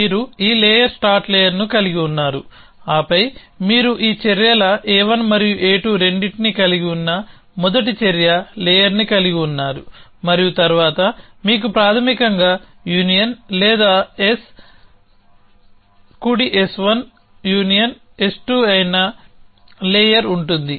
మీరు ఈ layer start లేయర్ని కలిగి ఉన్నారు ఆపై మీరు ఈ చర్యల A1 మరియు A2 రెండింటినీ కలిగి ఉన్న మొదటి చర్య లేయర్ని కలిగి ఉన్నారు మరియు తర్వాత మీకు ప్రాథమికంగా యూనియన్ లేదా S కుడి S1 యూనియన్ S2 అయిన లేయర్ ఉంటుంది